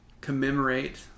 Commemorate